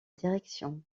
direction